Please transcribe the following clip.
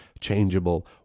changeable